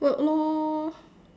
work lor